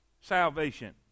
salvation